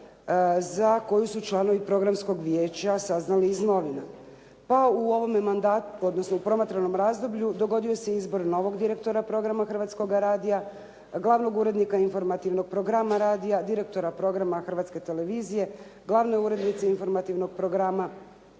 za koju su članovi programskog vijeća saznali iz novina. Pa u promatranom razdoblju dogodio se izbor novog direktora programa Hrvatskoga radija, glavnog urednika informativnog programa radija, direktora programa Hrvatske televizije, glavne urednice informativnog programa, izjave i